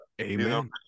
Amen